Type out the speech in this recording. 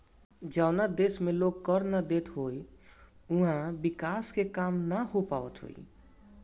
जवनी देस में लोग कर ना देत हवे उहवा विकास के काम नाइ हो पावत हअ